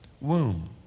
womb